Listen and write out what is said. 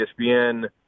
ESPN